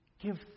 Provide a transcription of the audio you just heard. Give